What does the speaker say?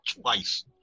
twice